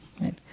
right